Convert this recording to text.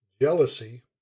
Jealousy